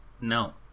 No